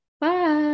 Bye